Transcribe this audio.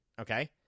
Okay